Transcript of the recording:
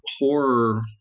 horror